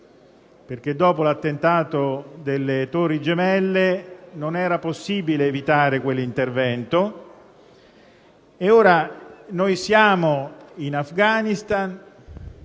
Dopo l'attentato alle torri gemelle, non era possibile evitare quell'intervento. Ora noi siamo in Afghanistan